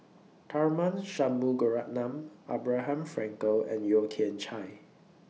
Tharman Shanmugaratnam Abraham Frankel and Yeo Kian Chye